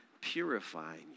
purifying